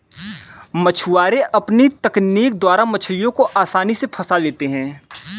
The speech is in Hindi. मछुआरे अपनी तकनीक द्वारा मछलियों को आसानी से फंसा लेते हैं